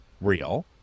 real